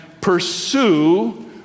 pursue